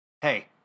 hey